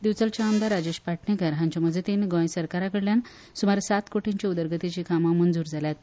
दिवचलचे आमदार राजेश पाटणेंकार हांचे मजतीन गोंय सरकारा कडल्यान सुमार सात कोटींची उदरगतीची कामां मंजूर जाल्यांत